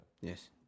Yes